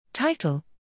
Title